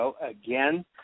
again